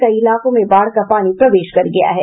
कई इलाकों में बाढ़ का पानी प्रवेश कर गया है